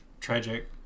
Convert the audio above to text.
tragic